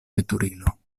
veturilo